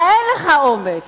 הרי אין לך אומץ.